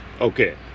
Okay